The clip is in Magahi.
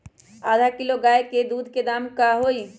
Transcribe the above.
आधा किलो गाय के दूध के का दाम होई?